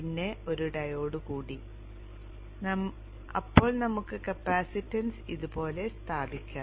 പിന്നെ ഒരു ഡയോഡ് കൂടി അപ്പോൾ നമുക്ക് കപ്പാസിറ്റൻസ് ഇതുപോലെ സ്ഥാപിക്കാം